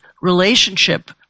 relationship